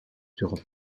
durant